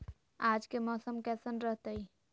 आज के मौसम कैसन रहताई?